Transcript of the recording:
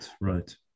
Right